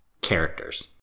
characters